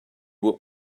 would